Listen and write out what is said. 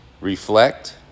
reflect